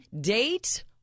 date